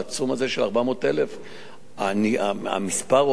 של 400,000. המספר הוא 400,000,